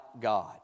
God